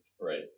Right